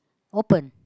open